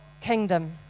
kingdom